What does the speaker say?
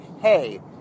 hey